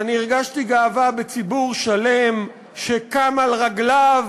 ואני הרגשתי שאני גאה בציבור שלם שקם על רגליו